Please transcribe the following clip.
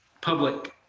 public